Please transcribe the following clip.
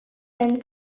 and